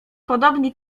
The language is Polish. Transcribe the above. podobni